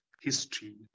history